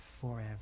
forever